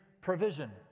provision